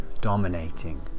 dominating